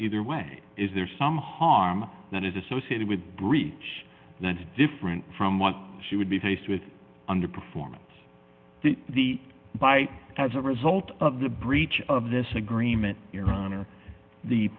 either way is there some harm that is associated with breach that is different from what she would be faced with under performance the bite as a result of the breach of this agreement iran or the